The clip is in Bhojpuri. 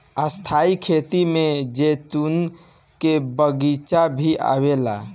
स्थाई खेती में जैतून के बगीचा भी आवेला